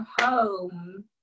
home